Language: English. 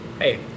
Hey